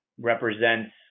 represents